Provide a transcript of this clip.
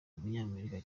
umunyamerika